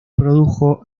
produjo